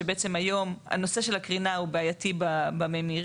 שבעצם היום הנושא של הקרינה הוא בעייתי בממירים,